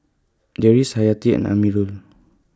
Deris Hayati and Amirul